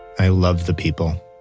i love the people.